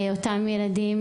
אותם ילדים,